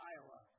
Iowa